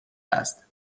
است